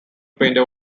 painter